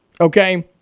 Okay